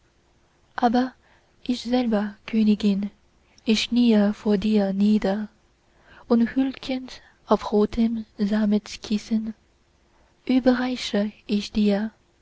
aber ich selber königin ich kniee vor dir nieder und huldgend auf rotem sammetkissen überreiche ich dir